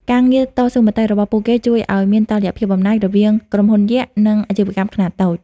ការងារតស៊ូមតិរបស់ពួកគេជួយឱ្យមាន "តុល្យភាពអំណាច" រវាងក្រុមហ៊ុនយក្ស និងអាជីវកម្មខ្នាតតូច។